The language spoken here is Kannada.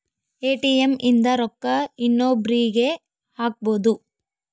ಎ.ಟಿ.ಎಮ್ ಇಂದ ರೊಕ್ಕ ಇನ್ನೊಬ್ರೀಗೆ ಹಕ್ಬೊದು